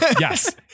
Yes